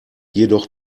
jedoch